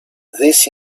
this